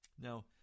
Now